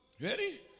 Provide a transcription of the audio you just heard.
Ready